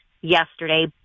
yesterday